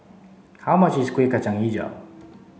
how much is Kueh Kacang Hijau